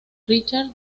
richard